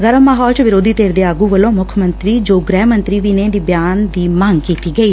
ਗਰਮ ਮਾਹੋਲ ਚ ਵਿਰੋਧੀ ਧਿਰ ਦੇ ਆਗੂ ਵੱਲੋਂ ਮੁੱਖ ਮੰਤਰੀ ਜੋ ਗ੍ਹਿ ਮੰਤਰੀ ਵੀ ਨੇ ਦੇ ਬਿਆਨ ਦੀ ਮੰਗ ਕੀਤੀ ਗਈ